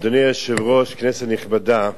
תודה לחבר הכנסת רוברט אילטוב.